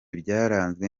byaranzwe